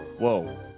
Whoa